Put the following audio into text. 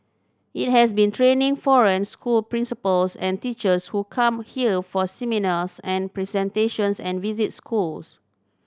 it has been training foreign school principals and teachers who come here for seminars and presentations and visit schools